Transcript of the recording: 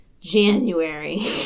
January